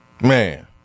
Man